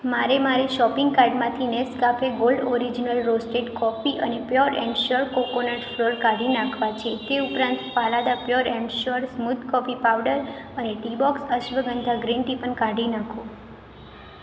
મારે મારી શોપિંગ કાર્ટમાંથી Nescafe gold original roasted coffee અને pure and sure coconut flour કાઢી નાખવા છે તે ઉપરાંત Phalada pure and sure smooth coffee powder અને ટીબોક્સ અશ્વગંધા ગ્રીન ટી પણ કાઢી નાખો